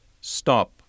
Stop